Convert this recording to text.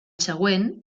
següent